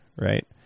Right